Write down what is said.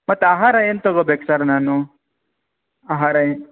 ಮತ್ತೆ ಆಹಾರ ಏನು ತೊಗೋಬೇಕು ಸರ್ ನಾನು ಆಹಾರ ಏ